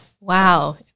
Wow